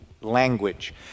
language